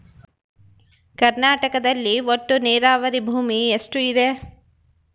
ಕರ್ನಾಟಕದಲ್ಲಿ ಒಟ್ಟು ನೇರಾವರಿ ಭೂಮಿ ಎಷ್ಟು ಇದೆ?